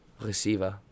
Receiver